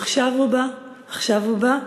עכשיו הוא בא, עכשיו הוא בא,